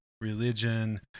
religion